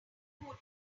who